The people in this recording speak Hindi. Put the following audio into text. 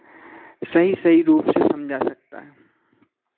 सही सही रूप से समझा सकता है